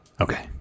okay